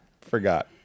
forgot